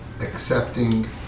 accepting